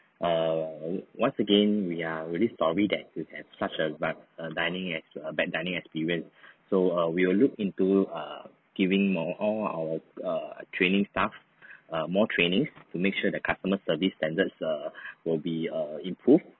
err once again we are really sorry that you had such a ru~ uh dining ex~ err bad dining experience so err we will look into err giving more all our err training staff err more trainings to make sure the customer service standards err will be err improved